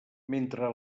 mentre